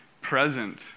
present